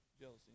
jealousy